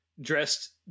dressed